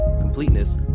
completeness